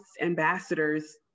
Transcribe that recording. ambassadors